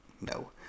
no